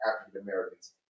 African-Americans